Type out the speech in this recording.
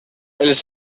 els